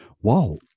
wow